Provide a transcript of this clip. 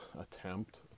attempt